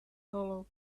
hollow